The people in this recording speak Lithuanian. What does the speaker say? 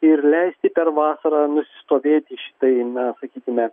ir leisti per vasarą nusistovėti tai na sakykime